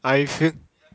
I fe~